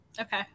Okay